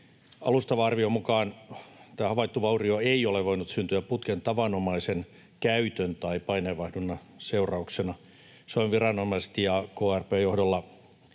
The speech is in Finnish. Alustavan arvion mukaan tämä havaittu vaurio ei ole voinut syntyä putken tavanomaisen käytön tai paineenvaihdunnan seurauksena. Suomen viranomaiset krp:n johdolla ovat